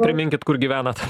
priminkit kur gyvenat